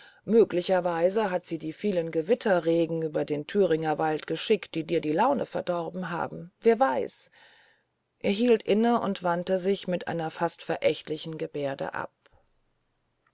möglicherweise hat sie die vielen gewitterregen über den thüringer wald geschickt die dir die laune verdorben haben wer weiß er hielt inne und wandte sich mit einer fast verächtlichen gebärde ab